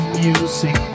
music